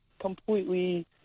completely